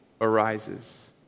arises